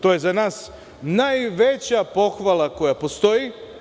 To je za nas najveća pohvala koja postoji.